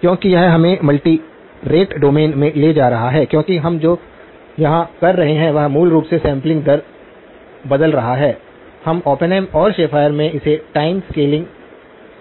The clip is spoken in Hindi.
क्योंकि यह हमें मल्टी रेट डोमेन में ले जा रहा है क्योंकि हम जो यहां कर रहे हैं वह मूल रूप से सैंपलिंग दर बदल रहा है हम ओपेनहेम और शेफर में इसे टाइम स्केलिंग